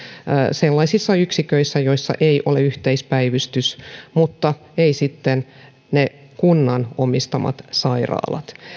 sellaisissa yksiköissä joissa ei ole yhteispäivystystä mutta eivät sitten ne kunnan omistamat sairaalat